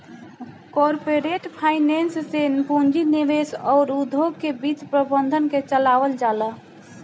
corporate finance से पूंजी निवेश अउर उद्योग के वित्त प्रबंधन के चलावल जाला